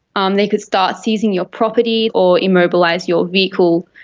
um they could start seizing your property or immobilise your vehicle,